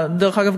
דרך אגב,